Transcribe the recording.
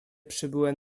przybyłem